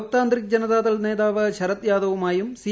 Lok Tantrik Janata Dal നേതാഷ്ക്രിരത് യാദവുമായും C